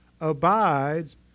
abides